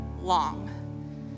long